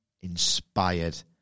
inspired